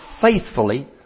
faithfully